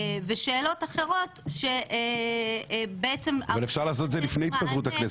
ושאלות אחרות שבעצם אמורות לתת מענה.